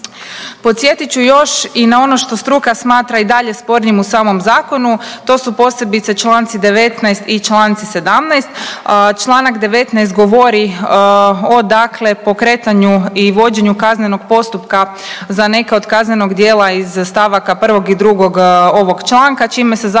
Podsjetit ću još i na ono što struka smatra i dalje spornim u samom zakonu, to su posebice čl. 19. i čl. 17. Čl. 19. govori o pokretanju i vođenju kaznenog postupka za neke od kaznenog djela iz stavaka 1. i 2. ovog članka čime se zapravo